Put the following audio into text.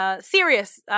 serious